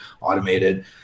automated